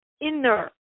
inner